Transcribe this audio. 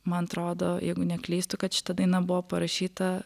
man atrodo jeigu neklystu kad šita daina buvo parašyta